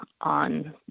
on